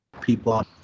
people